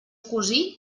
cosí